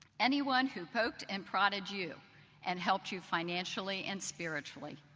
anyone who poked and prodded you and helped you financially and spiritually.